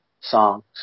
songs